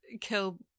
kill